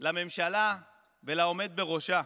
לממשלה ולעומד בראשה.